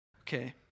Okay